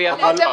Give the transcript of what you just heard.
לפי המאוחר.